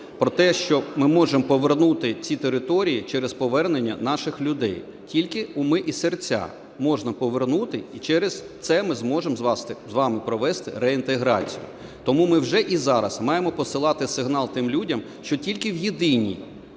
про те, що ми можемо повернути ці території через повернення наших людей. Тільки уми і серця можна повернути, і через це ми зможемо з вами провести реінтеграцію. Тому ми вже і зараз маємо посилати сигнал тим людям, що тільки в єдиній